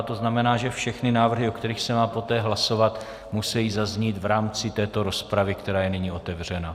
To znamená, že všechny návrhy, o kterých se má poté hlasovat, musejí zaznít v rámci této rozpravy, která je nyní otevřena.